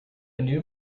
new